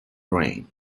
drained